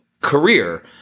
career